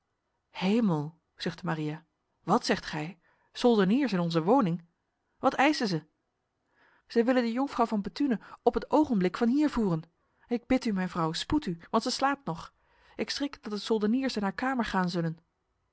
hemel zuchtte maria wat zegt gij soldeniers in onze woning wat eisen zij zij willen de jonkvrouw van bethune op het ogenblik van hier voeren ik bid u mijn vrouw spoed u want zij slaapt nog ik schrik dat de soldeniers in haar kamer gaan zullen